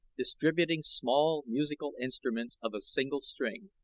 distributing small musical instruments of a single string.